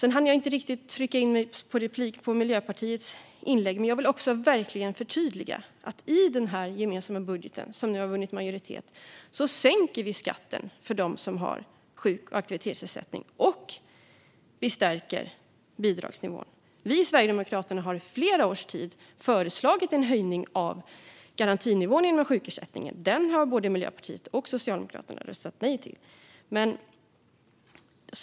Jag hann inte trycka in mig för replik på Miljöpartiets anförande, men jag vill verkligen förtydliga att vi i den gemensamma budget som nu har vunnit majoritet sänker skatten för dem som har sjuk och aktivitetsersättning. Vi stärker också bidragsnivån. Sverigedemokraterna har i flera års tid föreslagit en höjning av garantinivån inom sjukförsäkringen, men det har både Miljöpartiet och Socialdemokraterna röstat nej till.